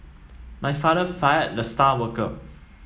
my father fired the star worker